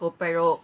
pero